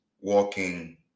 walking